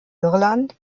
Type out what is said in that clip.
irland